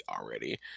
already